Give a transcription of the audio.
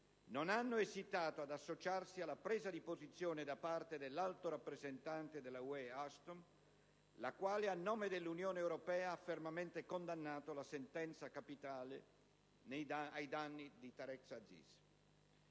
non hanno esitato ad associarsi alla presa di posizione da parte dell'Alto rappresentante UE, Ashton, la quale, a nome dell'Unione europea, ha fermamente condannato la sentenza capitale comminata a Tareq Aziz.